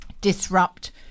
disrupt